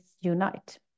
unite